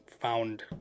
found